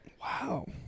Wow